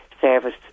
service